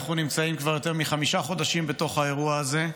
אנחנו נמצאים כבר יותר מחמישה חודשים בתוך האירוע הזה,